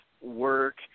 work